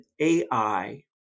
AI